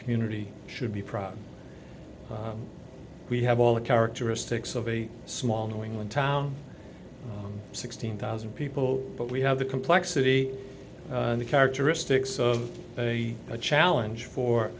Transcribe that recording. community should be proud we have all the characteristics of a small new england town sixteen thousand people but we have the complexity and the characteristics of a challenge for